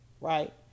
right